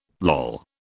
lol